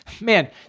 man